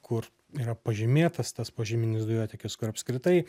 kur yra pažymėtas tas požeminis dujotiekis kur apskritai